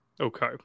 Okay